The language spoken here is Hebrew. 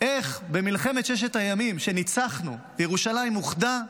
איך במלחמת ששת הימים, שבה ניצחנו וירושלים אוחדה,